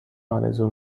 آرزو